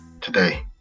today